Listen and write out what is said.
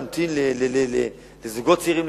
של זוגות צעירים,